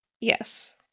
Yes